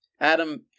Adam